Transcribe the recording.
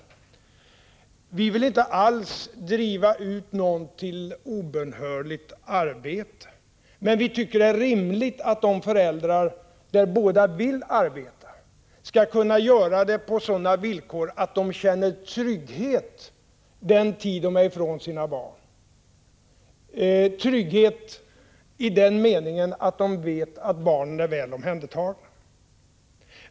Vi vill inte alls obönhörligt driva ut någon till arbete, men vi tycker det är rimligt att de föräldrar som båda vill arbeta skall kunna göra det på sådana villkor att de känner trygghet den tid de är ifrån sina barn — trygghet i den meningen att de vet att barnen är väl omhändertagna.